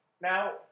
now